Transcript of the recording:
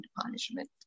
punishment